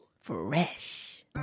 Fresh